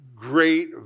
great